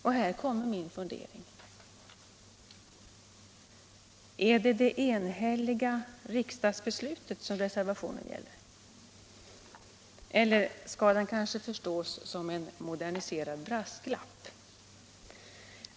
Och där kommer min fundering: Är det det enhälliga riksdagsbeslutet som reservationen gäller, eller skall reservationen förstås som en moderniserad brasklapp?